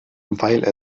weil